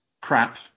crap